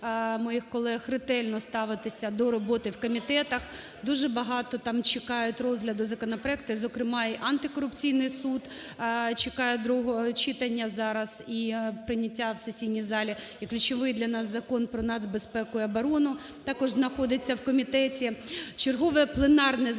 Дуже багато там чекають розгляду законопроектів, зокрема і Антикорупційний суд чекає другого читання зараз і прийняття в сесійній залі, і ключовий для нас Закон про нацбезпеку і оборону також знаходиться в комітеті. Чергове пленарне засідання